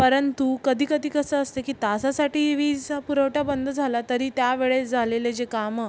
परंतु कधी कधी कसं असतं तासासाठी वीजसा पुरवठा बंद झाला तरी त्यावेळेस झालेले जे कामं